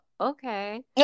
okay